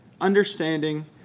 understanding